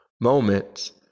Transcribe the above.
moments